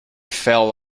fell